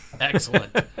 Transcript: Excellent